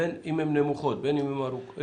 בין נמוכות ובין אם גבוהות,